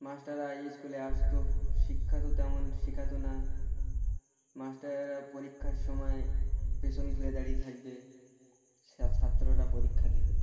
মাস্টাররা এই স্কুলে আসতো শিক্ষা তো তেমন শেখাতো না মাস্টাররা পরীক্ষার সময় পেছন ঘুরে দাঁড়িয়ে থাকবে ছাত্ররা পরীক্ষা দেবে